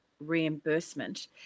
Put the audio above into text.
reimbursement